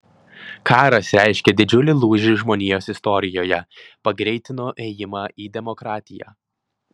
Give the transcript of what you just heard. karas reiškė didžiulį lūžį žmonijos istorijoje pagreitino ėjimą į demokratiją